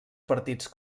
partits